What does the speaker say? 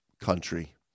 country